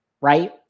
right